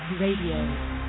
Radio